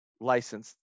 licensed